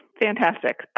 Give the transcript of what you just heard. Fantastic